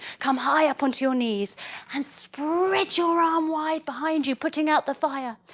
come high up on to your knees and spread your arm wide behind you putting out the fire,